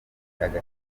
unafite